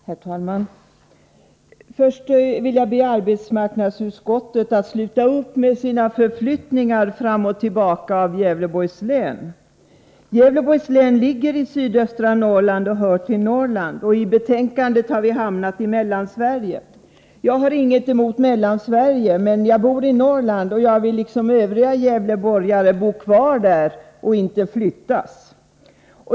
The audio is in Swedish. Herr talman! Först vill jag be arbetsmarknadsutskottet att sluta upp med sina förflyttningar fram och tillbaka av Gävleborgs län. Gävleborgs län ligger i sydöstra Norrland och hör till Norrland, och i betänkandet har vi hamnat i Mellansverige. Jag har inget emot Mellansverige, men jag bor i Norrland, och jag vill liksom övriga gävleborgare bo kvar där och inte flyttas.